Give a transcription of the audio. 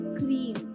cream